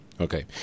Okay